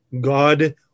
God